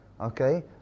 okay